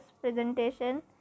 presentation